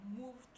move